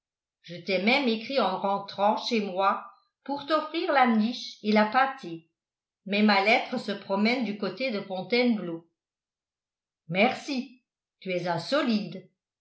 je t'ai même écrit en rentrant chez moi pour t'offrir la niche et la pâtée mais ma lettre se promène du côté de fontainebleau merci tu es un solide